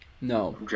No